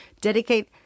dedicate